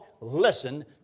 listen